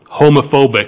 Homophobic